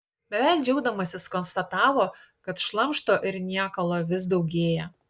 beveik džiaugdamasis konstatavo kad šlamšto ir niekalo vis daugėja